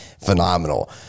phenomenal